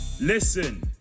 Listen